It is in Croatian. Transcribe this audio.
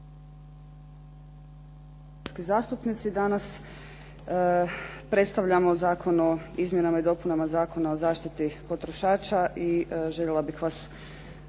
zastupnici. Danas predstavljamo Zakon o izmjenama i dopunama Zakona o zaštiti potrošača i željela bih vas